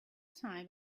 time